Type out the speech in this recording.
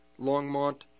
Longmont